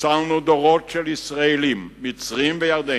הצלנו דורות של ישראלים, מצרים וירדנים,